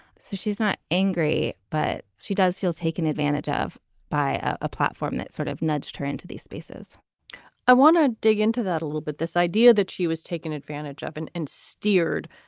so she's not angry, but she does feel taken advantage of by a platform that sort of nudged her into these spaces i want to dig into that a little bit. this idea that she was taken advantage of and and steered.